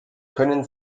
können